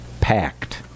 packed